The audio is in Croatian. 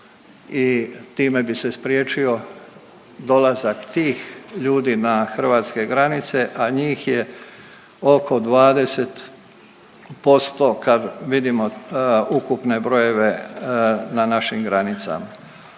time bi se spriječio dolazak tih ljudi na hrvatske granice, a njih je oko 20%, kad vidimo ukupne brojeve na našim granicama.